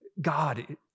God